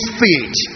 feet